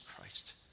Christ